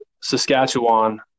Saskatchewan